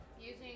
Using